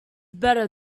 better